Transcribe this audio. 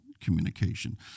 communication